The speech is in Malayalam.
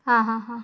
ആ ഹാ ഹാ